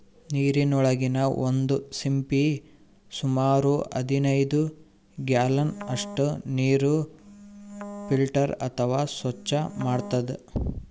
ನೀರಿನೊಳಗಿನ್ ಒಂದ್ ಸಿಂಪಿ ಸುಮಾರ್ ಹದನೈದ್ ಗ್ಯಾಲನ್ ಅಷ್ಟ್ ನೀರ್ ಫಿಲ್ಟರ್ ಅಥವಾ ಸ್ವಚ್ಚ್ ಮಾಡ್ತದ್